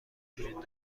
وجود